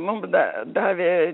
mum da davė